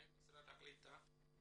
מה עם משרד הקליטה?